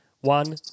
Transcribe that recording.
One